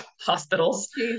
hospitals